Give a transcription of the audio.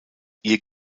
ihr